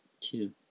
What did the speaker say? two